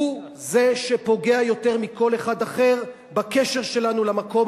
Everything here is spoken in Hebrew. הוא זה שפוגע יותר מכל אחד אחר בקשר שלנו למקום